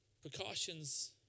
Precautions